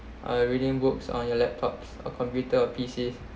I'm reading books on your laptops or computer or P_C